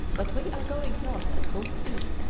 but we are going north at full speed,